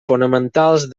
fonamentals